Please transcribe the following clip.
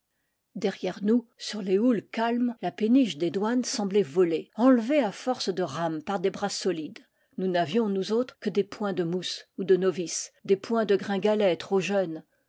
derrière nous sur les houles calmes la péniche des douanes semblait voler enlevée à force de rames par des bras solides nous n'avions nous autres que des poings de mousses ou de novices des poings de gringalets trop jeu